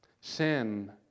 Sin